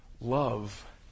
love